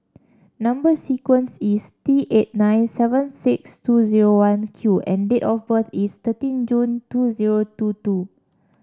number sequence is T eight nine seven six two zero one Q and date of birth is thirteen June two zero two two